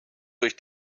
durch